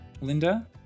Linda